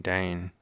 Dane